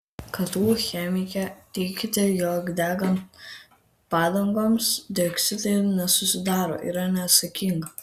ktu chemikė teigti jog degant padangoms dioksinai nesusidaro yra neatsakinga